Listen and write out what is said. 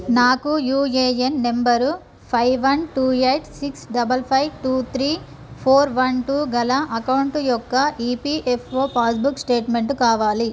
నాకు UAN number five one two eight double five two three four one two గల account యొక్క EPFO passbook statement కావాలి